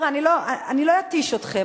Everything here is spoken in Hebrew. אני לא אתיש אתכם,